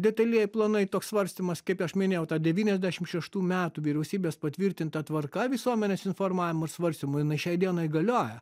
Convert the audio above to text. detalieji planai toks svarstymas kaip aš minėjau tą devyniasdešim šeštų metų vyriausybės patvirtinta tvarka visuomenės informavimo svarstymui jinai šiai dienai galioja